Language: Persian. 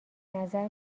نظر